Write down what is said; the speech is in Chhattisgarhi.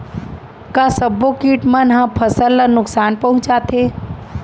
का सब्बो किट मन ह फसल ला नुकसान पहुंचाथे?